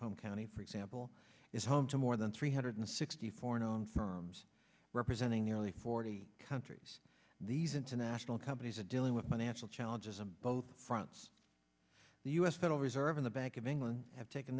home county for example is home to more than three hundred sixty four known firms representing nearly forty countries these international companies are dealing with financial challenges and both fronts the us federal reserve in the bank of england have taken